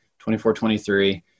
24-23